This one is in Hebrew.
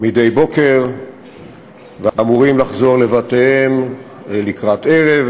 מדי בוקר ואמורים לחזור לבתיהם לקראת ערב,